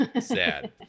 sad